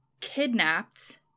kidnapped